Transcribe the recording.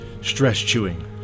stress-chewing